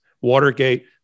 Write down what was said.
Watergate